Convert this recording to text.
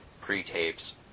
pre-tapes